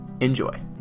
Enjoy